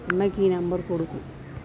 അമ്മയ്ക്ക് ഈ നമ്പർ കൊടുക്കൂ